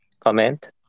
comment